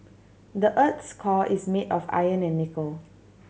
the earth's core is made of iron and nickel